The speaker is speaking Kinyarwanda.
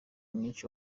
mwinshi